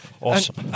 Awesome